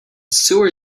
sewer